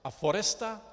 A Foresta?